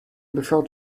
before